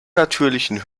natürlichen